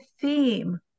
theme